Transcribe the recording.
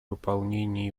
выполнении